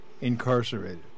Incarcerated